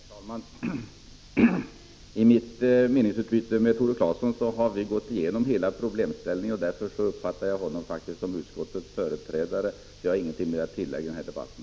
Herr talman! I mitt meningsutbyte med Tore Claeson har vi gått igenom hela problemställningen, och därför uppfattar jag honom som utskottets företrädare. Jag har inget mer att tillägga i den här debatten.